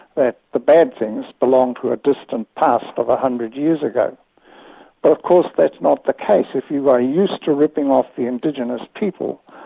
that the bad things belonged to a distant past of one hundred years ago. but of course that's not the case. if you are used to ripping off the indigenous people,